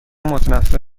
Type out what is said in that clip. متنفر